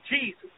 Jesus